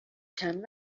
چند